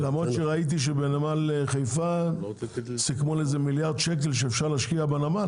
למרות שראיתי שבנמל חיפה סיכמו על מיליארד שקל שאפשר להשקיע בנמל.